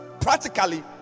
practically